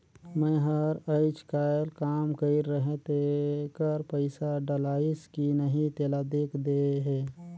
मै हर अईचकायल काम कइर रहें तेकर पइसा डलाईस कि नहीं तेला देख देहे?